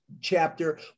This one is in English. chapter